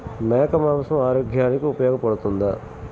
మేక మాంసం ఆరోగ్యానికి ఉపయోగపడుతుందా?